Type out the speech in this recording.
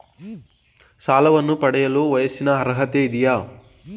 ಸಾಲವನ್ನು ಪಡೆಯಲು ವಯಸ್ಸಿನ ಅರ್ಹತೆ ಇದೆಯಾ?